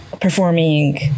performing